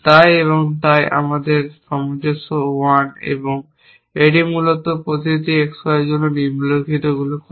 তাই এবং তাই আমাদের সামঞ্জস্য 1 এবং এটি মূলত প্রতিটি XY এর জন্য নিম্নলিখিতগুলি করে